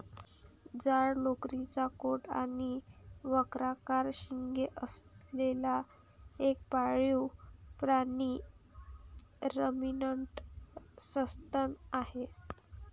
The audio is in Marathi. जाड लोकरीचा कोट आणि वक्राकार शिंगे असलेला एक पाळीव प्राणी रमिनंट सस्तन प्राणी आहे